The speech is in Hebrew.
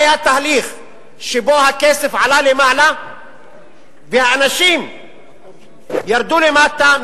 היה תהליך שבו הכסף עלה למעלה והאנשים ירדו למטה,